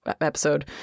episode